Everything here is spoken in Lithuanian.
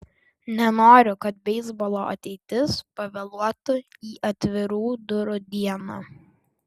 nenoriu kad beisbolo ateitis pavėluotų į atvirų durų dieną